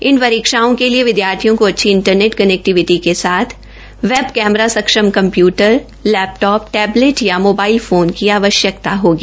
इन परीक्षाओं के लिए विदयार्थियों को अच्छी इंटरनेट कनेक्टिविटी के साथ वेब कैमरा सक्षम कम्प्यूटर या लैपटॉप या टैबलेट या मोबाइल फोन की आवश्यकता होगी